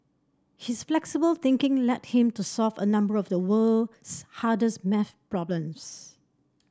his flexible thinking led him to solve a number of the world's hardest maths problems